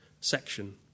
section